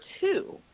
two